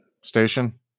station